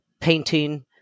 painting